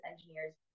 engineers